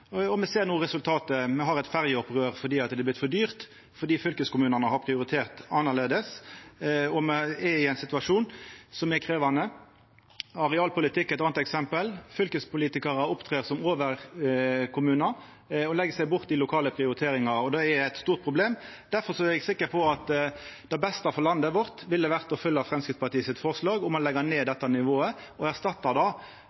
og me ser no resultatet: Me har eit ferjeopprør fordi det har vorte for dyrt fordi fylkeskommunane har prioritert annleis. Me er i ein situasjon som er krevjande. Arealpolitikk er eit anna eksempel: Fylkespolitikarar opptrer som overkommunar og legg seg borti lokale prioriteringar, og det er eit stort problem. Difor er eg sikker på at det beste for landet vårt ville vore å følgja Framstegspartiet sitt forslag om å leggja ned dette nivået. Nokon spør kva som er erstatninga, og det